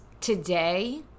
today